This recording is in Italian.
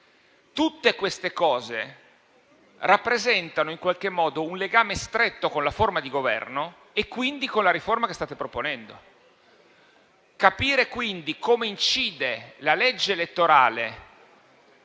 Tutte queste cose rappresentano in qualche modo un legame stretto con la forma di governo e quindi con la riforma che state proponendo. Capire come incide la legge elettorale